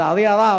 לצערי הרב,